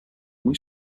muy